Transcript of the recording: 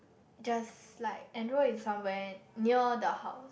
just like enrol in somewhere near the house